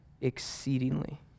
exceedingly